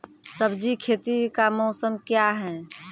सब्जी खेती का मौसम क्या हैं?